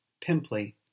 pimply